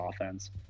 offense